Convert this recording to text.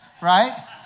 right